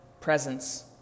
presence